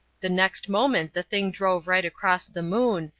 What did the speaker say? the next moment the thing drove right across the moon,